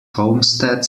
homestead